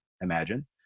imagine